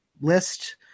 list